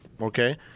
okay